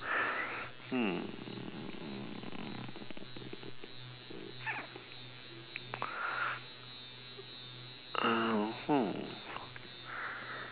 hmm mmhmm